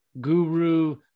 guru